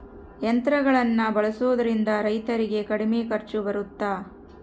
ಯಂತ್ರಗಳನ್ನ ಬಳಸೊದ್ರಿಂದ ರೈತರಿಗೆ ಕಡಿಮೆ ಖರ್ಚು ಬರುತ್ತಾ?